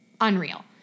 unreal